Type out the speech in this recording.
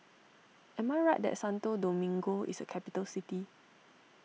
am I right that Santo Domingo is a capital city